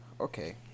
okay